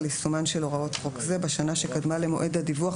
על יישומן של הוראות חוק זה בשנה שקדמה למועד הדיווח,